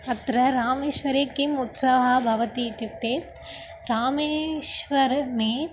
अत्र रामेश्वरे किम् उत्सवाः भवति इत्युक्ते रामेश्वरे